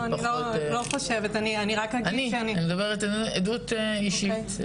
אני מדבר על עדות אישית,